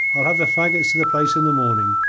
i'll have the faggots the place in the morning,